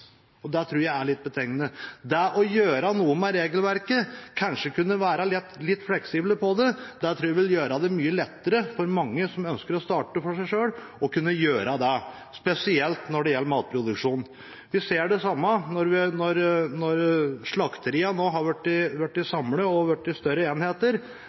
Det tror jeg er litt betegnende. Det å gjøre noe med regelverket, kanskje kunne være litt fleksible på det, tror jeg vil gjøre det mye lettere for mange som ønsker å starte for seg selv – spesielt når det gjelder matproduksjon. Vi ser det samme når slakteriene nå har blitt samlet og blitt større enheter.